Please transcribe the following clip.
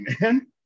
man